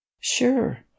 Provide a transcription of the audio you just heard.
Sure